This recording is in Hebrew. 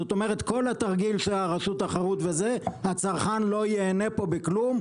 זאת אומרת כל התרגיל של הרשות לתחרות וזה הצרכן לא ייהנה פה מכלום,